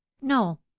no